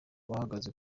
bahagaze